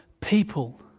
people